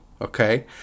okay